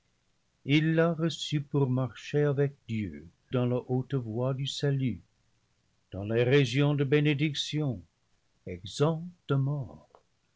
il l'a reçu pour marcher avec dieu dans la haute voie du salut dans les régions de bénédictions exempt de mort